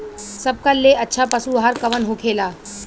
सबका ले अच्छा पशु आहार कवन होखेला?